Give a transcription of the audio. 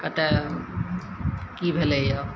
कतए कि भेलै यऽ